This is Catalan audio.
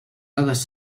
dades